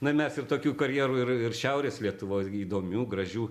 na mes ir tokių karjerų ir ir šiaurės lietuvos gi įdomių gražių